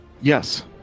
Yes